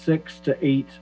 six to eight